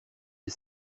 des